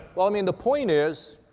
well, i mean, the point is,